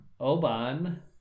Oban